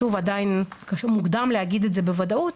שוב עדיין מוקדם להגיד את זה בוודאות,